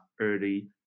early